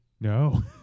No